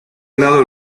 lado